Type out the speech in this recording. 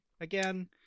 again